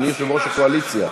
אדוני יושב-ראש הקואליציה.